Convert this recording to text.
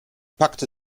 packte